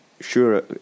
sure